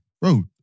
bro